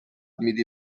میدی